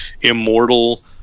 immortal